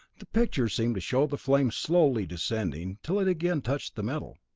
the pictures seemed to show the flame slowly descending till it again touched the metal.